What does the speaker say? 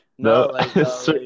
No